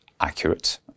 accurate